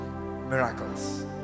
Miracles